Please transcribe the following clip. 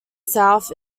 south